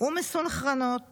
ומסונכרנות